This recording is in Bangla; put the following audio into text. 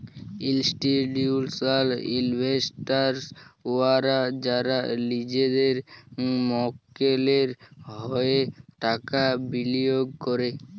ইল্স্টিটিউসলাল ইলভেস্টার্স উয়ারা যারা লিজেদের মক্কেলের হঁয়ে টাকা বিলিয়গ ক্যরে